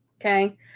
Okay